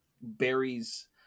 berries